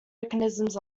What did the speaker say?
mechanisms